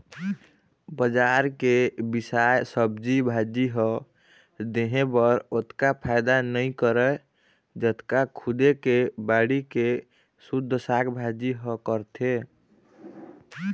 बजार के बिसाए सब्जी भाजी ह देहे बर ओतका फायदा नइ करय जतका खुदे के बाड़ी के सुद्ध साग भाजी ह करथे